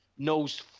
knows